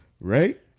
Right